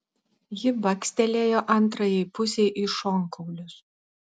ji bakstelėjo antrajai pusei į šonkaulius